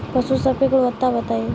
पशु सब के गुणवत्ता बताई?